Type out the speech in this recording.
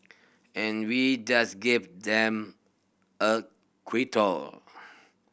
and we just gave them a quote